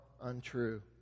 untrue